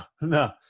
no